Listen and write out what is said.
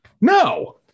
No